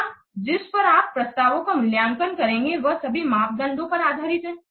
क्या जिस पर आप प्रस्तावों का मूल्यांकन करेंगे वह सभी मापदंडों पर आधारित है